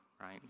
right